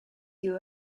you